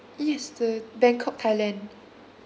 yes the bangkok thailand